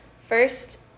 first